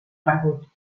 perdut